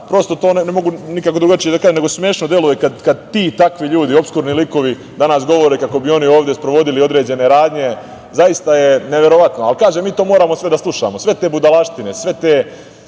prosto to ne mogu drugačije da kažem, nego smešno deluje kad ti i takvi ljudi, opskurni likovi danas govore kako bi oni ovde sprovodili određene radnje, zaista je neverovatno. Mi to moramo sve da slušamo, sve te budalaštine, sve te